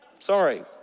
Sorry